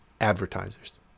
advertisers